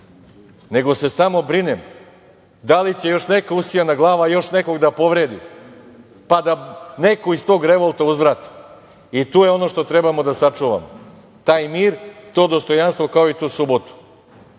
nego se samo brinem da li će još neka usijana glava još nekog da povredi, pa da neko iz tog revolta uzvrati. Tu je ono što treba da sačuvamo, taj mir, to dostojanstvo, kao i tu subotu